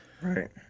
Right